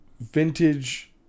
vintage